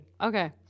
Okay